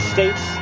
States